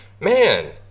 man